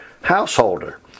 householder